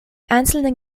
einzelnen